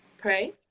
Pray